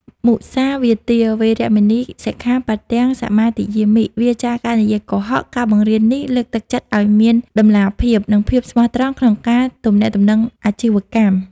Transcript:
មុសាវាទា វេរមណី សិក្ខាបទំ សមាទិយាមិ វៀរចាកការនិយាយកុហក ការបង្រៀននេះលើកទឹកចិត្តឱ្យមានតម្លាភាព និងភាពស្មោះត្រង់ក្នុងការទំនាក់ទំនងអាជីវកម្ម។